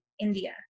India